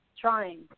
trying